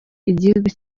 igihugu